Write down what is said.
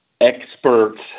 experts